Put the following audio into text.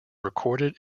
recorded